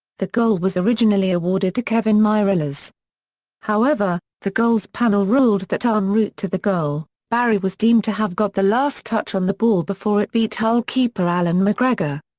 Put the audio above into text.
the goal was originally awarded to kevin mirallas however, the goals panel ruled that ah en route to the goal, barry was deemed to have got the last touch on the ball before it beat hull keeper allan mcgregor.